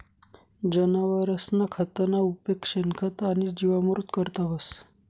जनावरसना खतना उपेग शेणखत आणि जीवामृत करता व्हस